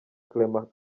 clement